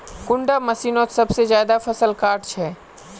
कुंडा मशीनोत सबसे ज्यादा फसल काट छै?